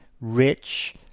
rich